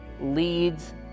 leads